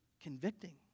convicting